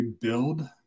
build